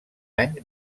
any